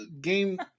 game